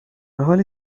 حالی